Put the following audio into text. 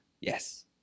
Yes